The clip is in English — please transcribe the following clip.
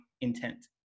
intent